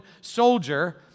soldier